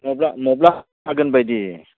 मब्ला मब्ला हागोन बायदि